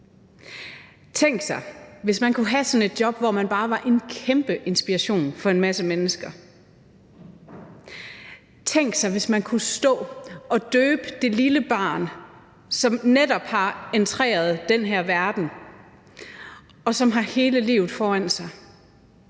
Tænk, hvis man kunne have sådan et job, hvor man bare var en kæmpe inspiration for en masse mennesker. Tænk, hvis man kunne stå og døbe det lille barn, som netop har entreret den her verden, og som har hele livet foran sig.